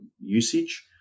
usage